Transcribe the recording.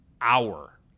hour